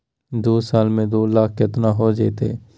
दू साल में दू लाख केतना हो जयते?